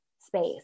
space